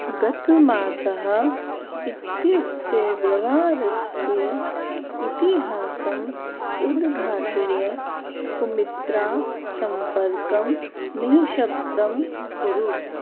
गतमासः इत्यस्य व्यवहारस्य इतिहासम् उद्घाटय सुमित्रां सम्पर्कं निशब्दं कुरु